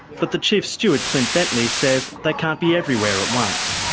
but the chief steward, clint bentley, says they can't be everywhere at once.